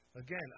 Again